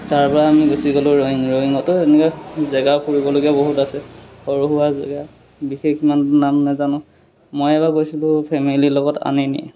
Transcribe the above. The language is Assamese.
তাৰপৰা আমি গুচি গ'লোঁ ৰয়িং ৰয়িঙতো সেনেকৈ জেগা ফুৰিবলগীয়া বহুত আছে সৰু সুৰা জেগা বিশেষ ইমান নাম নাজানো মই এবাৰ গৈছিলোঁ ফেমেলিৰ লগত আনিনি